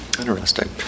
interesting